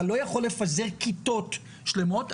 אתה לא יכול לפזר כיתות שלמות,